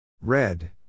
Red